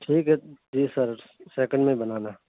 ٹھیک ہے جی سر سکینڈ میں بنانا